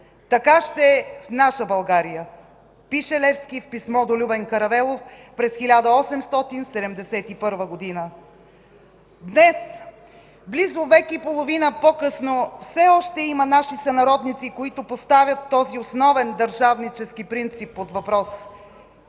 Така ще е в наша България!” – пише Левски в писмо до Любен Каравелов през 1871 г. Днес, близо век и половина по-късно, все още има наши сънародници, които поставят този основен държавнически принцип под въпрос и